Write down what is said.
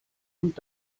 und